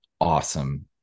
awesome